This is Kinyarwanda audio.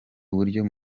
uburyo